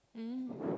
um